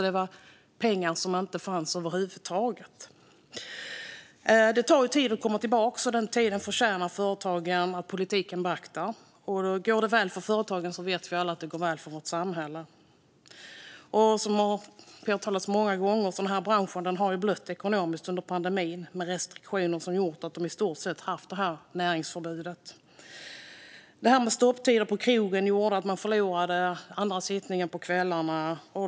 Det var alltså pengar som inte fanns över huvud taget. Det tar tid att komma tillbaka. Den tiden förtjänar företagarna att politiken beaktar. Vi vet alla att om det går väl för företagen går det väl för vårt samhälle. Som har påtalats många gånger har den här branschen blött ekonomiskt under pandemin, på grund av restriktioner som har gjort att de i stort sett haft näringsförbud. Stopptider på krogen gjorde att de förlorade andra sittningen på kvällarna.